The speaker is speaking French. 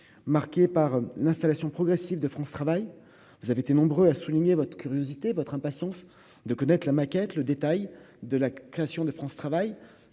marquée par l'installation progressive de France travaille, vous avez été nombreux à souligner votre curiosité, votre impatience de connaître la maquette, le détail de la création de France travaille